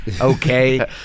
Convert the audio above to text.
okay